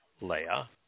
Leah